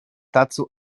dazu